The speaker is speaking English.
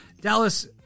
Dallas